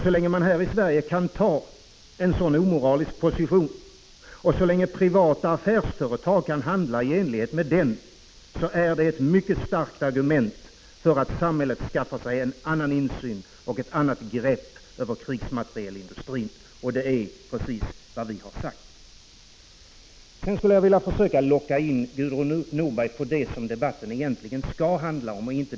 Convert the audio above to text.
Så länge man här i Sverige kan inta en sådan moralisk position och så länge privata affärsföretag kan handla i enlighet med den, är det ett mycket starkt argument för att samhället skaffar sig en annan insyn och ett annat grepp över krigsmaterielindustrin, och det är precis vad vi har sagt. Sedan skulle jag vilja försöka locka in Gudrun Norberg på det som debatten egentligen skall handla om.